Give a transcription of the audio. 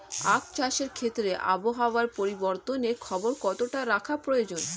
আখ চাষের ক্ষেত্রে আবহাওয়ার পরিবর্তনের খবর কতটা রাখা প্রয়োজন?